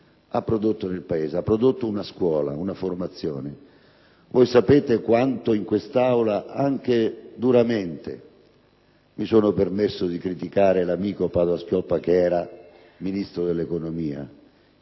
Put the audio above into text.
di Luigi Einaudi? Ha prodotto una scuola e una formazione. Voi sapete quanto in quest'Aula, anche duramente, mi sono permesso di criticare l'amico Padoa-Schioppa, che era Ministro dell'economia,